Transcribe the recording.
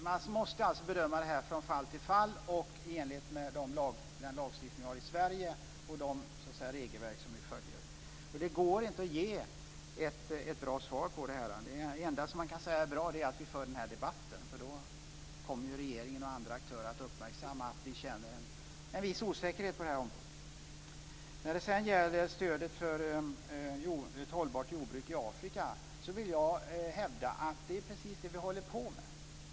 Man måste alltså göra en bedömning från fall till fall och i enlighet med den lagstiftning vi har i Sverige och de regelverk vi följer. Det går inte att ge ett bra svar. Det enda man kan säga är bra är att vi för den här debatten, för då kommer ju regeringen och andra aktörer att uppmärksamma att vi känner en viss osäkerhet på det här området. Sedan till frågan om stöd för ett hållbart jordbruk i Afrika. Jag vill hävda att det är precis det vi håller på med.